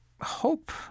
hope